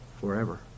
forever